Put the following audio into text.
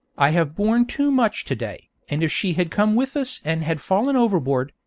i have borne too much to-day, and if she had come with us and had fallen overboard,